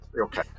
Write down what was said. okay